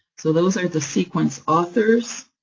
so those are the sequence authors,